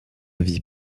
vie